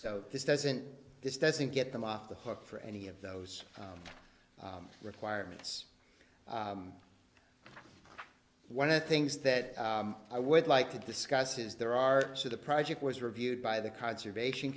so this doesn't this doesn't get them off the hook for any of those requirements one of the things that i would like to discuss is there are so the project was reviewed by the conservation